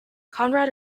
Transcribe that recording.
conrad